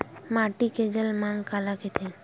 माटी के जलमांग काला कइथे?